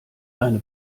deine